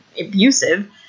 abusive